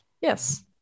Yes